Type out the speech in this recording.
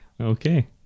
Okay